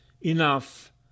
Enough